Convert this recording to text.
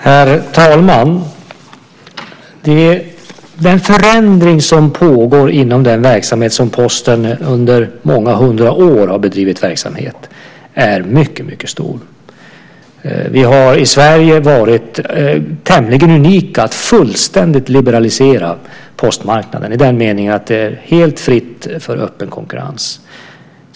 Herr talman! Den förändring som pågår inom den verksamhet som Posten i många hundra år har bedrivit är mycket stor. I Sverige har vi varit tämligen unika i att fullständigt liberalisera postmarknaden i den meningen att det är helt fritt för öppen konkurrens.